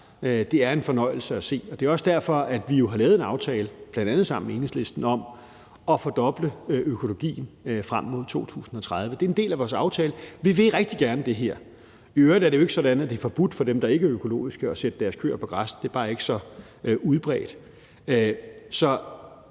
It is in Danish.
Det er en fornøjelse at se. Det er jo også derfor, at vi har lavet en aftale, bl.a. sammen med Enhedslisten, om at fordoble økologien frem mod 2030. Det er en del af vores aftale. Vi vil rigtig gerne det her. I øvrigt er det jo ikke sådan, at det er forbudt for de kvægavlere, der ikke er økologiske, at sætte deres køer på græs, men det er bare ikke så udbredt.